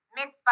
Miss